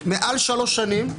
מעל שלוש שנים,